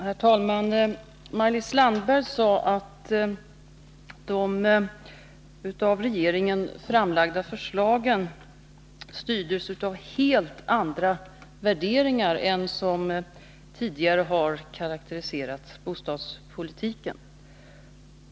Herr talman! Maj-Lis Landberg sade att de av regeringen framlagda förslagen styrs av helt andra värderingar än dem som tidigare har karakteriserat bostadspolitiken.